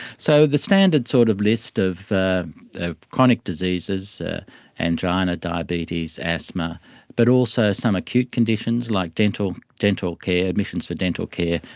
so the standard sort of list of ah chronic diseases angina, diabetes, asthma but also some acute conditions like dental dental care, admissions for dental care,